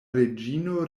reĝino